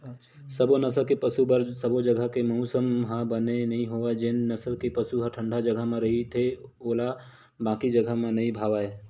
सबो नसल के पसु बर सबो जघा के मउसम ह बने नइ होवय जेन नसल के पसु ह ठंडा जघा म रही लेथे ओला बाकी जघा ह नइ भावय